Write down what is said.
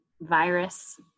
virus